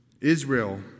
Israel